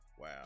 Wow